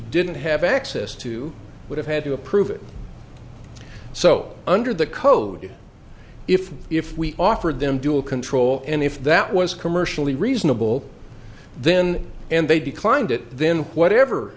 didn't have access to would have had to approve it so under the code if if we offered them dual control and if that was commercially reasonable then and they declined it then whatever